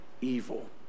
evil